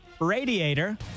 radiator